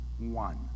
one